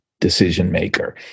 decision-maker